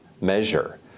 measure